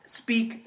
speak